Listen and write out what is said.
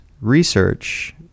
research